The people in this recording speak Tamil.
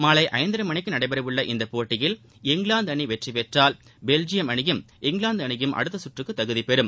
மாலை ஐந்தரை மணிக்கு நடக்கவுள்ள இந்த போட்டியில் இங்கிலாந்து அணி வெற்றி பெற்றால் பெல்ஜியம் அணியும் இங்கிலாந்து அணியும் அடுத்த சுற்றுக்கு தகுதி பெறம்